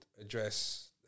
address